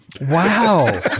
Wow